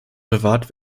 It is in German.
bewahrt